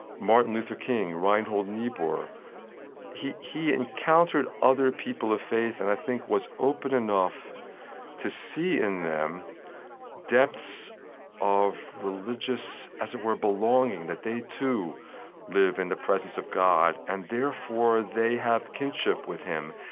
martin luther king, reinhold niebuhr he he encountered other people of faith and, i think, was open enough to see in them depths of religious, as it were, belonging that they too live in the presence of god, and, therefore, they have kinship with him.